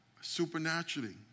Supernaturally